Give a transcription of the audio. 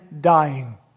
dying